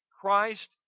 Christ